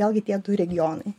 vėlgi tie du regionai